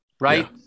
Right